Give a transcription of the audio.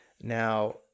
now